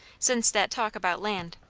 since that talk about land.